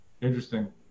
Interesting